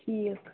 ٹھیٖک